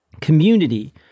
Community